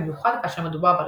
במיוחד כאשר מדובר ברשת,